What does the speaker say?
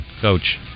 coach